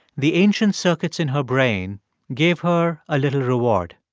the ancient circuits in her brain gave her a little reward.